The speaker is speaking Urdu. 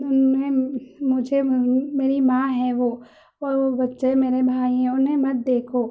ان یہ مجھے میری ماں ہے وہ اور بچّے میرے بھائی ہیں انہیں مت دیکھو